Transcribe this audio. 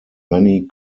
many